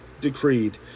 decreed